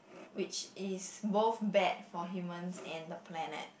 which is both bad for human and the planet